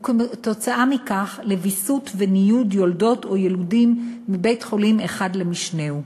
וכתוצאה מכך לוויסות ולניוד יולדות ויילודים מבית-חולים אחד למשנהו,